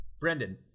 Brendan